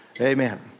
Amen